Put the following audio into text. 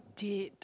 dead